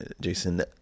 jason